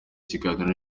ikiganiro